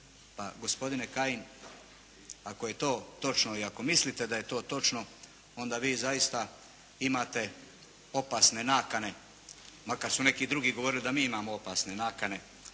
Pa gospodine Kajin, ako je to točno i ako mislite da je to točno onda vi zaista imate opasne nakane makar su neki drugi govorili da mi imamo opasne nakane